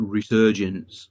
Resurgence